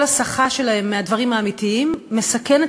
כל הסחה שלהם מהדברים האמיתיים מסכנת